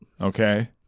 Okay